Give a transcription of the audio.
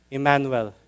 Emmanuel